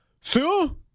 Sue